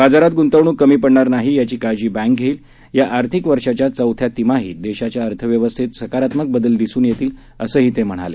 बाजारात गुंतवणूक कमी पडणार नाही याची काळजी बँक घेईल या आर्थिक वर्षाच्या चौथ्या तिमाहीत देशाच्या अर्थव्यवस्थेत सकारात्मक बदल दिसून येतील असंही ते म्हणाले